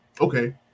Okay